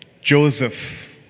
Joseph